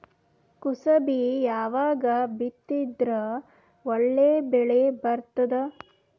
ಕುಸಬಿ ಯಾವಾಗ ಬಿತ್ತಿದರ ಒಳ್ಳೆ ಬೆಲೆ ಬರತದ?